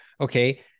okay